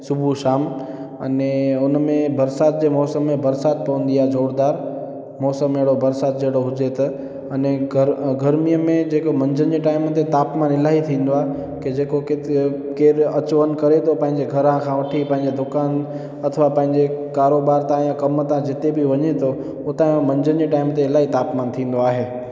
सुबुह शाम अने उन में बरसाति जे मौसम में बरसाति पवंदी आहे जोरदार मौसम अहिड़ो बरसाति जहिड़ो हुजे त अने ग गर्मीअ में जेको मंझंदि जे टाइम में तापमान इलाही थींदो आहे कि जेको कि केरु अचु वञु करे थो पंहिंजे घरां खां वठी पंहिंजे दुकान अथवा पंहिंजे कारोबार तां या कम तां जिते बि वञे थो उतां जो मंंझंदि जे टाइम ते इलाही तापमानु थींदो आहे